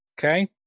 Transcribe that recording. okay